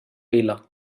vila